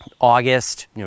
August